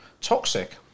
Toxic